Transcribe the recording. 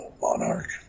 monarch